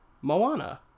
Moana